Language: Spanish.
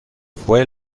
fue